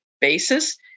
basis